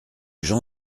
jean